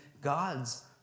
God's